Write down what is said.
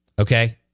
Okay